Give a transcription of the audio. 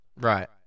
Right